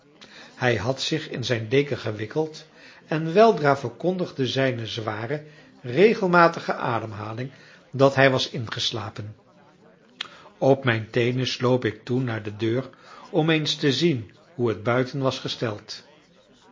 hij had zich in zijn deken gewikkeld en weldra verkondigde zijne zware regelmatige ademhaling dat hij was ingeslapen op mijn teenen sloop ik toen naar de deur om eens te zien hoe het buiten was gesteld